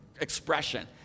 expression